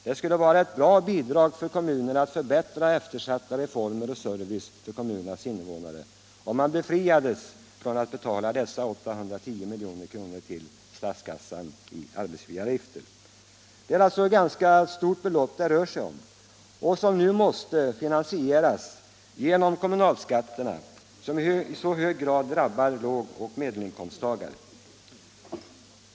Det skulle vara ett gott bidrag för kommunerna till att ta itu med eftersatta reformer och förbättra servicen för kommunernas innevånare, om de befriades från att betala dessa 810 milj.kr. till statskassan i arbetsgivaravgifter. Det är alltså ganska stora belopp det rör sig om och som nu måste tas ut genom kommunalskatterna, som i så hög grad drabbar lågoch medelinkomsttagare.